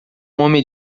homem